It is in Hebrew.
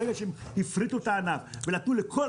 ברגע שהם הפריטו את הענף ונתנו לכל